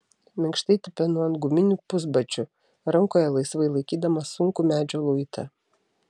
minkštai tipenu ant guminių puspadžių rankoje laisvai laikydamas sunkų medžio luitą